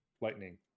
Lightning